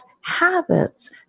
habits